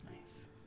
nice